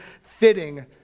fitting